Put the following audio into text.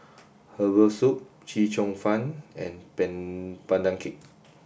herbal soup Chee Cheong Fun and Pan Pandan cake